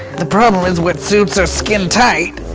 the problem is wetsuits are skin tight.